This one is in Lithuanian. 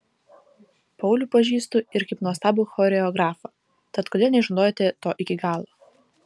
paulių pažįstu ir kaip nuostabų choreografą tad kodėl neišnaudojote to iki galo